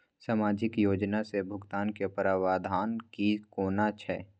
सामाजिक योजना से भुगतान के प्रावधान की कोना छै?